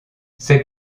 c’est